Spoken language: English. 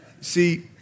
See